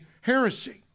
heresy